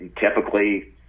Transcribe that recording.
Typically